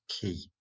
key